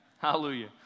Hallelujah